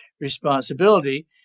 responsibility